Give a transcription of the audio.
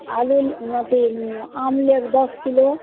आम लेब दस किलो